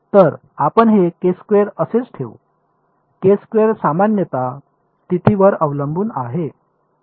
तर आपण हे असेच ठेवू सामान्य स्थितीवर अवलंबून आहे